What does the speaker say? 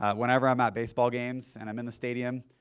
whenever i'm at baseball games and i'm in the stadium,